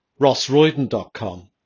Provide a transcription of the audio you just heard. rossroyden.com